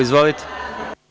Izvolite.